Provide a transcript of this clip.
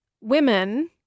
women